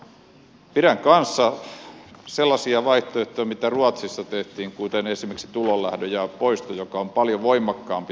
pidän kanssa hyvinä sellaisia vaihtoehtoja mitä ruotsissa tehtiin kuten esimerkiksi tulonlähdejaon poisto joka on vielä paljon voimakkaampi toimenpide